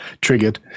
triggered